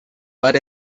but